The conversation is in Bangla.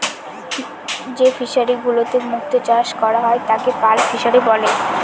যে ফিশারিগুলোতে মুক্ত চাষ করা হয় তাকে পার্ল ফিসারী বলে